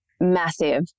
massive